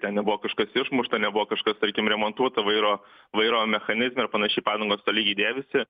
ten nebuvo kažkas išmušta nebuvo kažkas tarkim remontuota vairo vairo mechanizme ir panašiai padangos tolygiai dėvisi